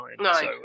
Nine